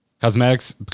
Cosmetics